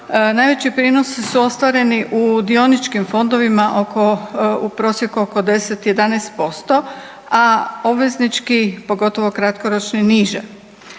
najveći prinosi su ostvareni u dioničkim fondovima u prosjeku oko 10, 11%, a obveznički pogotovo kratkoročni niže.